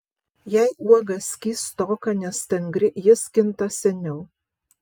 jei uoga skystoka nestangri ji skinta seniau